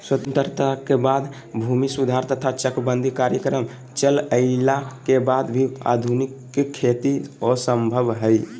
स्वतंत्रता के बाद भूमि सुधार तथा चकबंदी कार्यक्रम चलइला के वाद भी आधुनिक खेती असंभव हई